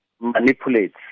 manipulates